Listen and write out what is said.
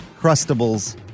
crustables